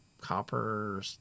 copper